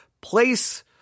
place